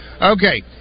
Okay